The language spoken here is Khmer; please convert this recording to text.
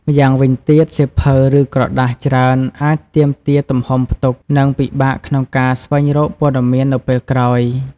ម្យ៉ាងវិញទៀត សៀវភៅ ឬក្រដាសច្រើនអាច ទាមទារទំហំផ្ទុក និងពិបាកក្នុងការស្វែងរកព័ត៌មាននៅពេលក្រោយ។